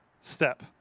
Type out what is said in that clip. step